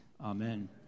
Amen